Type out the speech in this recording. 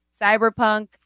cyberpunk